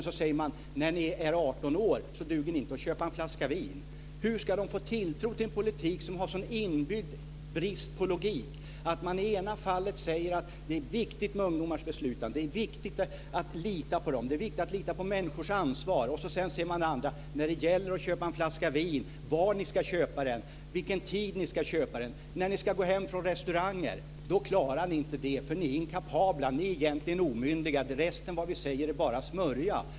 Så säger man: När ni är 18 år duger ni inte att köpa en flaska vin. Hur ska de få tilltro till en politik som har en sådan inbyggd brist på logik att man i det ena fallet säger att det är viktigt med ungdomars deltagande i besluten, att det är viktigt att lita på dem, viktigt att lita på att människor tar ansvar men i det andra fallet säger att när det gäller att köpa en flaska vin, var ni ska köpa den, vilken tid ni ska köpa den, när ni ska gå hem från restaurangen, då klarar ni inte det, ni är inkapabla, ni är egentligen omyndiga. Resten vad vi säger är bara smörja.